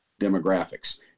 demographics